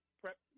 prep